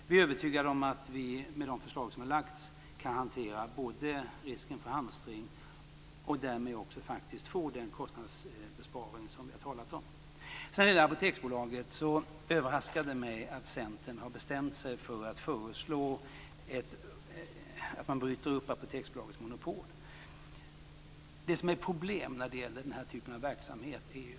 Vi är övertygade om att vi, med de förslag som lagts fram, både kan hantera risken för hamstring och därmed få den kostnadsbesparing som vi har talat om. När det gäller Apoteksbolaget överraskar det mig att Centern har bestämt sig för att föreslå att man bryter upp Apoteksbolagets monopol. Det är problem i den här typen av verksamhet.